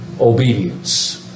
Obedience